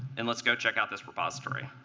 and let's go check out this repository.